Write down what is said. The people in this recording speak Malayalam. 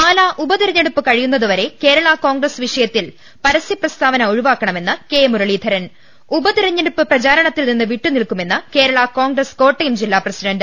പാലാ ഉപതെരഞ്ഞെടുപ്പ് കഴിയുന്നത് വരെ കേരള കോൺഗ്രസ് വിഷയത്തിൽ പരസ്യപ്രസ്താവന ഒഴിവാക്ക ണമെന്ന് കെ മുരളീധരൻ ഉപതെരഞ്ഞെട്ടുപ്പ് പ്രചാരണത്തിൽ നിന്ന് വിട്ടുനിൽക്കുമെന്ന് കേരള കോൺഗ്രസ് കോട്ടയം ജില്ലാ പ്രസിഡന്റ്